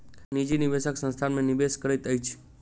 निजी निवेशक संस्थान में निवेश करैत अछि